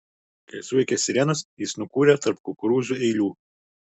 kai suveikė sirenos jis nukūrė tarp kukurūzų eilių